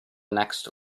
next